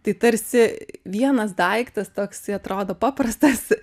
tai tarsi vienas daiktas toksai atrodo paprastas